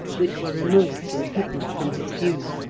which were removed and hidden from his view.